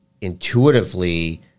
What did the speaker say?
intuitively